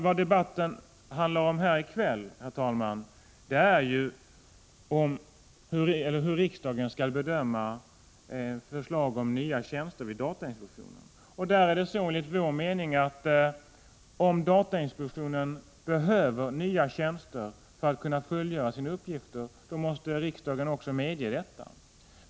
Vad debatten här i kväll handlar om är ju hur riksdagen skall bedöma förslag om nya tjänster vid datainspektionen. Om datainspektionen behöver nya tjänster för att kunna fullgöra sina uppgifter, måste enligt vår mening riksdagen också medge dessa.